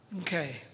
Okay